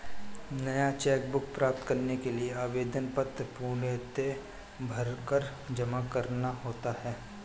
नया cheque book प्राप्त करने के लिए आवेदन पत्र पूर्णतया भरकर जमा करना होता है